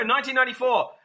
1994